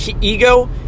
Ego